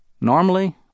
Normally